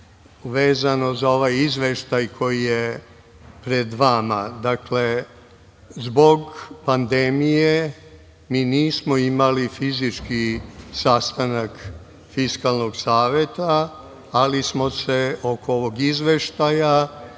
vezano za ovaj izveštaj koji je pred vama. Dakle, zbog pandemije mi nismo imali fizički sastanak Fiskalnog saveta, ali smo oko ovog izveštaja